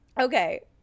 Okay